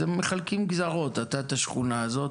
אז הם מחלקים גזרות אתה את השכונה הזאת,